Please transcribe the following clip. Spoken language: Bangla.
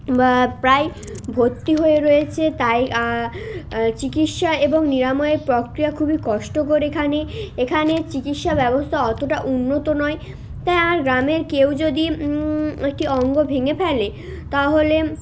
বা প্রায় ভর্তি হয়ে রয়েছে তাই চিকিৎসা এবং নিরাময় প্রক্রিয়া খুবই কষ্টকর এখানে এখানে চিকিৎসা ব্যবস্থা অতটা উন্নত নয় তাই আর গ্রামের কেউ যদি একটি অঙ্গ ভেঙে ফেলে তাহলে